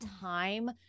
time